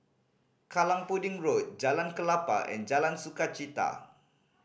Kallang Pudding Road Jalan Klapa and Jalan Sukachita